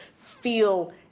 feel